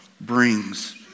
brings